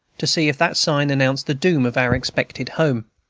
to see if that sign announced the doom of our expected home.